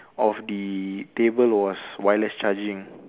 of the table was wireless charging